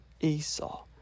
Esau